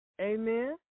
Amen